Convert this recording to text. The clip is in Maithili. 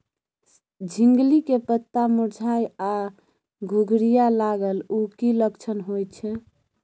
झिंगली के पत्ता मुरझाय आ घुघरीया लागल उ कि लक्षण होय छै?